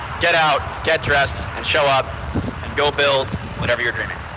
get out, get dressed, and show up, and go build whatever you're dreaming.